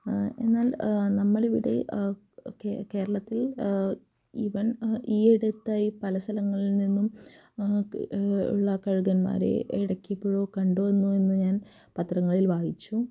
എന്നാൽ നമ്മുടെ അവിടെ കെ കേരളത്തിൽ ഇവൻ ഈയടുത്തായി പല സ്ഥലങ്ങളിൽ നിന്നും കഴുകന്മാരെ ഇടയ്ക്ക് എപ്പോഴോ കണ്ടു എന്ന് ഞാൻ പത്രങ്ങളിൽ വായിച്ചു